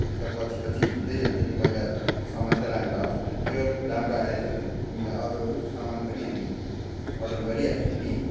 त्यो त पछि पछि हुँदै जान्छ नि पहिला सामान चाहिँ राम्रो आवोस् न चियर राम्रो आएछ भने तिमीलाई अरू अरू सामान पनि हामी अर्डर गरिहाल्छौँ नि